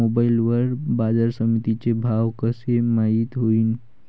Mobile वर बाजारसमिती चे भाव कशे माईत होईन?